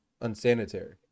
unsanitary